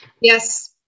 Yes